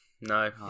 no